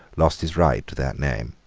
lost his right to that name.